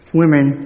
women